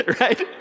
right